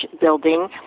building